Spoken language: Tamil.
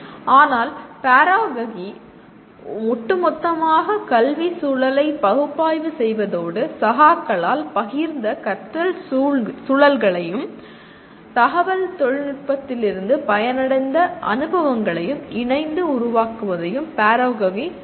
ஆனால் பாராகோஜி ஒட்டுமொத்தமாக கல்விச் சூழலை பகுப்பாய்வு செய்வதோடு சகாக்களால் பகிர்ந்த கற்றல் சூழல்களையும் தகவல் தொழில்நுட்பத்திலிருந்து பயனடைந்த அனுபவங்களையும் இணைந்து உருவாக்குவதையும் பாராகோஜி கையாளுகிறது